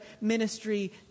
ministry